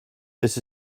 this